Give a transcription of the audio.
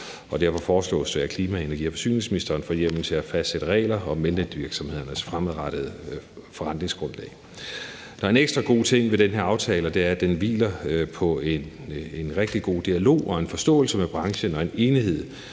Derfor foreslås det, at klima-, energi- og forsyningsministeren får hjemmel til at fastsætte regler om elnetvirksomhedernes fremadrettede forretningsgrundlag. Der er en ekstra god ting ved den her aftale, og det er, at den hviler på en rigtig god dialog og en forståelse med branchen og en enighed